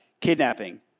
kidnapping